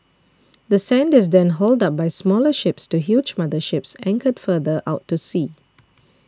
the sand is then hauled up by smaller ships to huge mother ships anchored further out to sea